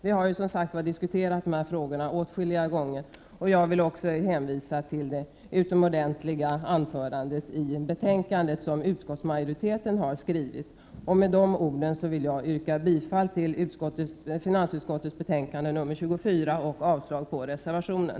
Vi har som sagt diskuterat dessa frågor åtskilliga gånger i utskottet, och jag vill hänvisa till den utomordentliga skrivning i betänkandet som utskottets majoritet står bakom. Med dessa ord yrkar jag bifall till hemställan i finansutskottets betänkande 24 och avslag på reservationen.